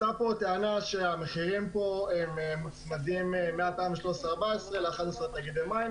עלתה כאן טענה שהמחירים מוצמדים ל-11 תאגידי מים.